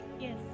Yes